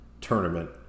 tournament